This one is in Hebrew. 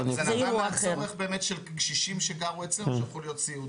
זה ענה על צורך באמת של קשישים שגרו אצלנו שהפכו להיות סיעודיים.